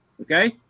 Okay